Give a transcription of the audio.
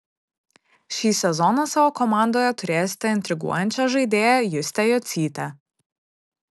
šį sezoną savo komandoje turėsite intriguojančią žaidėją justę jocytę